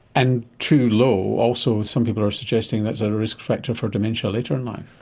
and too low, also some people are suggesting that's a risk factor for dementia later in life.